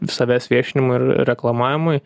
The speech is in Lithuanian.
savęs viešinimui ir reklamavimui